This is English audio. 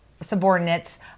subordinates